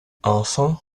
enfin